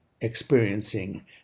experiencing